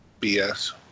BS